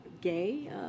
gay